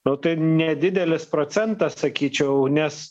nu tai nedidelis procentas sakyčiau nes